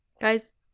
Guys